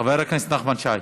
חבר הכנסת נחמן שי,